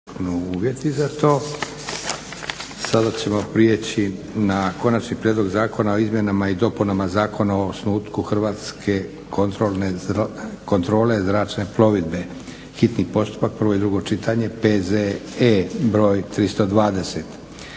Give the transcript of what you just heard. Josip (SDP)** Sada ćemo preći na - Konačni prijedlog zakona o izmjenama i dopunama Zakona o osnutku Hrvatske kontrole zračne plovidbe, hitni postupak, prvo i drugo čitanje, PZE br. 320